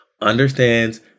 understands